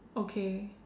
okay